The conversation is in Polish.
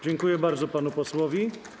Dziękuję bardzo panu posłowi.